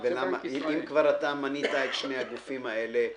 אם כבר אתה מנית את שני הגופים האלה,